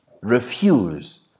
Refuse